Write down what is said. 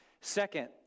Second